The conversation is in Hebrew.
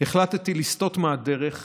החלטתי לסטות מהדרך